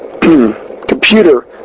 computer